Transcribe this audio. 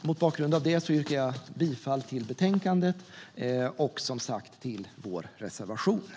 Mot bakgrund av det yrkar jag bifall till förslaget i betänkandet och till vår reservation.